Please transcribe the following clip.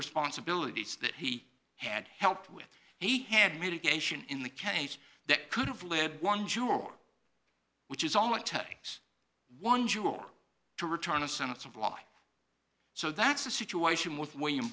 responsibilities that he had helped with he had mitigation in the case that could have led one juror which is all it took one juror to return a sentence of life so that's the situation with william